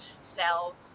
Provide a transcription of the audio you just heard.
sell